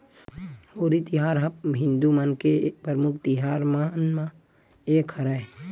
होरी तिहार ह हिदू मन के परमुख तिहार मन म एक हरय